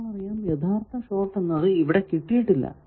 അപ്പോൾ അറിയാം യഥാർത്ഥ ഷോർട് ഇവിടെ കിട്ടിയിട്ടില്ല